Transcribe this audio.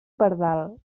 pardal